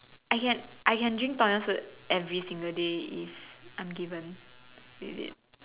I can I can drink Tom yam soup every single day if I'm given with it